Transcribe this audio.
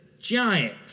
giant